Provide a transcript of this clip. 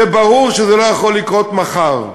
ברור שזה לא יכול לקרות מחר,